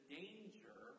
danger